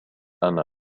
أنا